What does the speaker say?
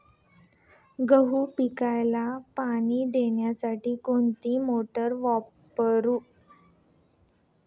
गहू पिकाला पाणी देण्यासाठी कोणती मोटार वापरू?